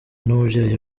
n’umubyeyi